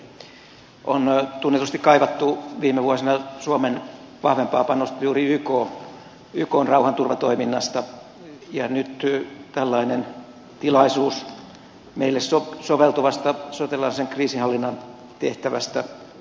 viime vuosina on tunnetusti kaivattu suomen vahvempaa panostusta juuri ykn rauhanturvatoiminnassa ja nyt tällainen tilaisuus meille soveltuvaan sotilaallisen kriisinhallinnan tehtävään on avautunut